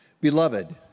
Beloved